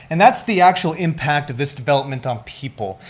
and that's the actual impact of this development on people.